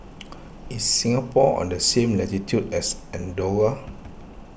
is Singapore on the same latitude as andorra